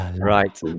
right